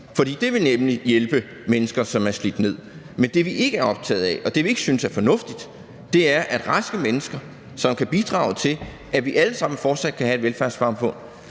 for det ville nemlig hjælpe mennesker, som er slidt ned. Men det, vi ikke er optaget af, og det, vi ikke synes er fornuftigt, er, at raske mennesker, som kan bidrage til, at vi alle sammen fortsat kan have et velfærdssamfund,